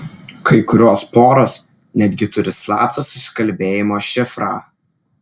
kai kurios poros netgi turi slaptą susikalbėjimo šifrą